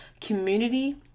community